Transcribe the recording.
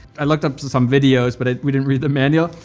i looked up some videos, but we didn't read the manual.